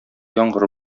яңгыр